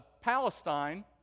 Palestine